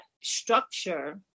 structure